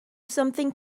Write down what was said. something